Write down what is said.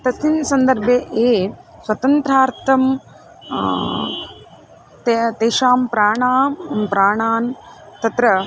तस्मिन् सन्दर्भे ये स्वातन्त्र्यार्थं ते तेषां प्राणान् प्राणान् तत्र